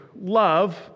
Love